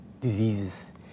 diseases